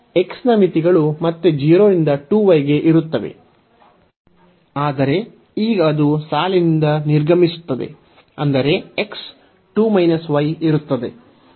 x ನ ಮಿತಿಗಳು ಮತ್ತೆ 0 ರಿಂದ 2 y ಗೆ ಇರುತ್ತವೆ ಆದರೆ ಈಗ ಅದು ಸಾಲಿನಿಂದ ನಿರ್ಗಮಿಸುತ್ತದೆ ಅಂದರೆ x 2 y ಇರುತ್ತದೆ